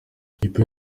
ikipe